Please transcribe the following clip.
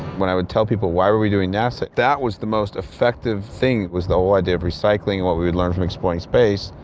when i would tell people why are we doing nasa, that was the most effective thing was the whole idea of recycling we would learn from exploring space.